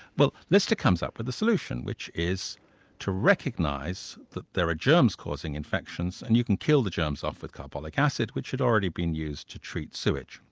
well lister comes up with a solution which is to recognise that there are germs causing infections, and you can kill the germs off with carbolic acid, which had already been used to treat sewage,